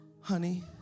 honey